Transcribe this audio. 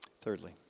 Thirdly